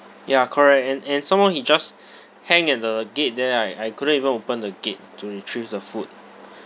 ya correct and and some more he just hang at the gate there I I couldn't even open the gate to retrieve the food